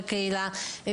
בקהילה.